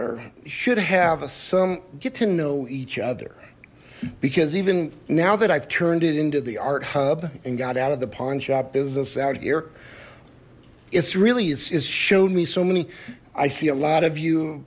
are should have a some get to know each other because even now that i've turned it into the art hub and got out of the pawnshop business out here it's really it showed me so many i see a lot of you